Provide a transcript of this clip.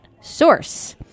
source